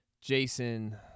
Jason